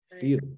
feel